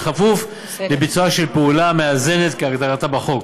בכפוף לביצועה של פעולה מאזנת כהגדרתה בחוק.